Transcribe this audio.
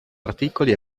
articoli